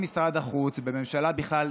במשרד החוץ ובממשלה בכלל,